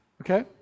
Okay